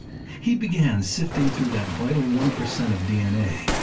he began sifting through that vital one percent of d n a.